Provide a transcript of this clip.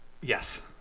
Yes